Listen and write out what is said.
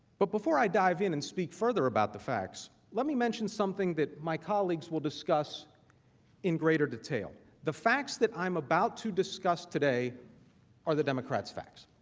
but before i dive in and speak further about the facts let me mention something that my colleagues will discuss in greater details. the facts that i am about to discuss are the democrats facts.